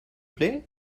plait